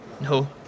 No